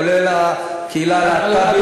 כולל הקהילה הלהט"בית,